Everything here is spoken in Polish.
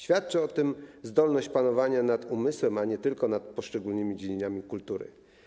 Świadczy o tym zdolność panowania nad umysłem, a nie tylko nad poszczególnymi dziedzinami kultury.